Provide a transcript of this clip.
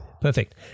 Perfect